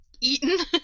eaten